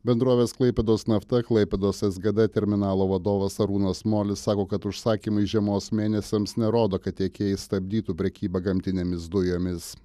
bendrovės klaipėdos nafta klaipėdos sgd terminalo vadovas arūnas molis sako kad užsakymai žiemos mėnesiams nerodo kad tiekėjai stabdytų prekybą gamtinėmis dujomis